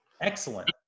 excellent